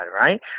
right